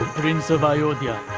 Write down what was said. prince of ayodhya.